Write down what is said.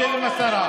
יושב עם השרה,